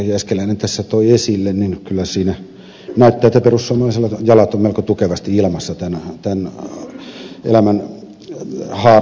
jääskeläinen toi esille näyttää että perussuomalaisilla ovat jalat melko tukevasti ilmassa tämän elämänhaaran osalta